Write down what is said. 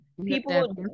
People